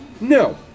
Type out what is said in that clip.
No